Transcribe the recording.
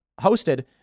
hosted